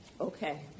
Okay